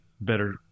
better